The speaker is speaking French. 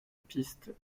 pistes